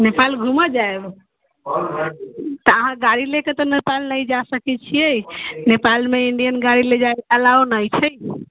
नेपाल घूमय जायब तऽ अहाँ गाड़ी लऽ कऽ तऽ नहि जा सकैत छियै नेपालमे इंडियन गाड़ी लऽ जायब अलाउ नहि छै